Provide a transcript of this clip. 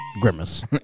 Grimace